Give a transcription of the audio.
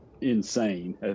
insane